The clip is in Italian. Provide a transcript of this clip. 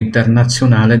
internazionale